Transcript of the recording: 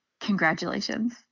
Congratulations